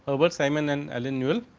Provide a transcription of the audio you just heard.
herbert simon and allen newell